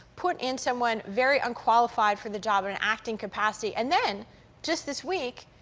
put in someone very unqualified for the job in an acting capacity. and then just this week,